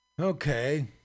Okay